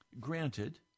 granted